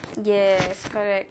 yes correct